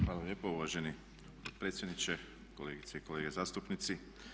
Hvala lijepo uvaženi potpredsjedniče, kolegice i kolege zastupnici.